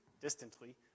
Distantly